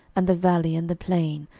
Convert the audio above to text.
and the valley, and the plain,